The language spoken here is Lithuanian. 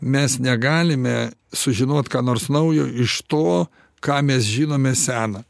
mes negalime sužinot ką nors naujo iš to ką mes žinome sena